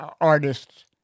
artists